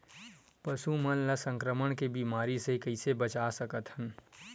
पशु मन ला संक्रमण के बीमारी से कइसे बचा सकथन?